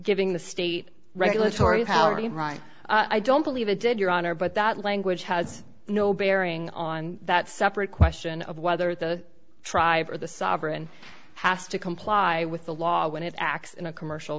giving the state regulatory power to get right i don't believe it did your honor but that language has no bearing on that separate question of whether the tribe or the sovereign has to comply with the law when it acts in a commercial